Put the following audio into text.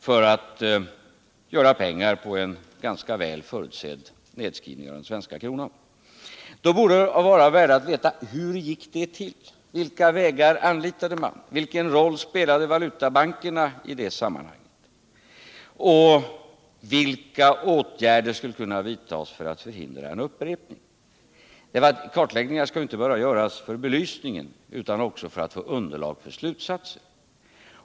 för att göra pengar på cn ganska väl förutsedd nedskrivning av den svenska kronan, då borde det väl vara av värde att veta hur det gick till, vilka vägar man anlitade, vilken roll valutabankerna spelade i sammanhanget och vilka åtgärder som kan vidtas för att förhindra en upprepning. Kartläggningar skall ju inte bara göras för att få en belysning, utan också för att få underlag för slutsatser.